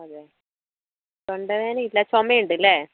അതെ തൊണ്ടവേദന ഇല്ല ചുമ ഉണ്ട് അല്ലെ